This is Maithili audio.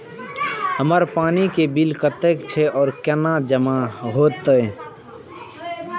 हमर पानी के बिल कतेक छे और केना जमा होते?